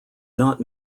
not